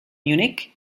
munich